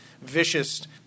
vicious